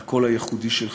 לקול הייחודי שלך,